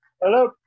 Hello